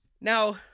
Now